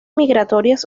migratorias